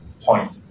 point